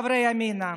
חברי ימינה,